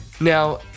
Now